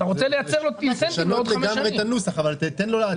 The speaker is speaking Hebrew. אתה רוצה לייצר לו אינסנטיב לעוד חמש שנים.